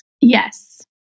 Yes